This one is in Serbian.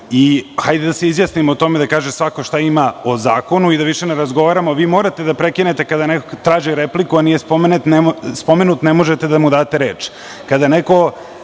i hajde da se izjasnimo o tome, da kaže svako šta ima o zakonu i da više ne razgovaramo. Vi morate da prekinete kada neko traži repliku, a nije spomenut, ne možete da mu date reč. Kada se